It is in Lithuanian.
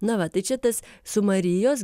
na va tai čia tas su marijos